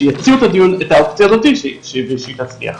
שיציעו את האופציה הזאתי ושהיא תצליח.